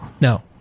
No